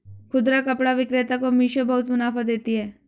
खुदरा कपड़ा विक्रेता को मिशो बहुत मुनाफा देती है